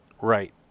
Right